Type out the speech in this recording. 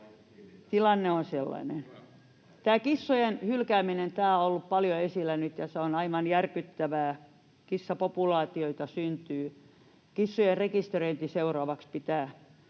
Tilanne on sellainen. Kissojen hylkääminen on ollut paljon esillä nyt, ja se on aivan järkyttävää. Kissapopulaatioita syntyy. Kissojen rekisteröinnin pitää